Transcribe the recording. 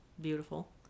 beautiful